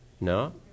no